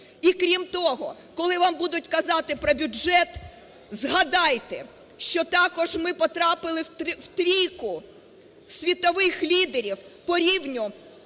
І, крім того, коли вам будуть казати про бюджет, згадайте, що також ми потрапили в трійку світових лідерів по рівню